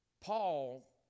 Paul